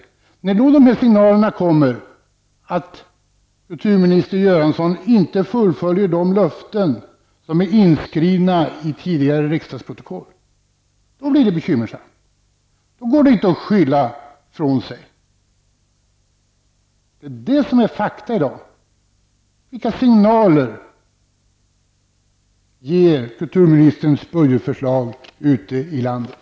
Det blir då bekymmersamt när det kommer signaler om att kulturminister Göransson inte fullföljer de löften som är inskrivna i tidigare riksdagsprotokoll. Det går inte då att skylla ifrån sig. Detta är fakta i dag. Vilka signaler ger kulturministerns budgetförslag ute i landet?